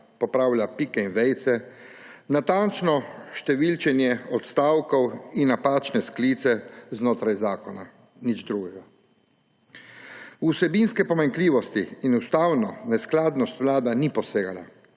popravila pike in vejice, natančno številčenje odstavkov in napačne sklice znotraj zakona; nič drugega. V vsebinske pomanjkljivosti in ustavno neskladnost Vlada ni posegala,